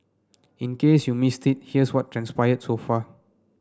in case you missed it here's what transpired so far